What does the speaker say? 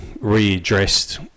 readdressed